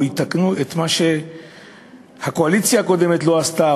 יתקנו את מה שהקואליציה הקודמת לא עשתה,